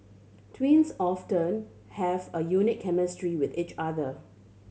twins often have a unique chemistry with each other